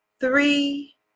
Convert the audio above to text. Three